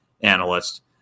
analyst